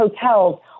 hotels